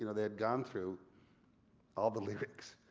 you know they had gone through all the lyrics